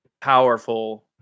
powerful